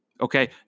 Okay